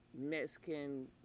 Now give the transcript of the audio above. Mexican